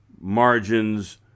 Margins